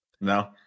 No